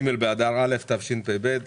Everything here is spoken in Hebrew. י"ג באדר א' התשפ"ב,